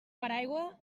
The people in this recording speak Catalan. paraigua